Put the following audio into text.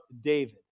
David